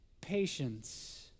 patience